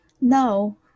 No